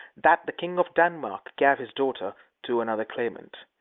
that the king of denmark gave his daughter to another claimant.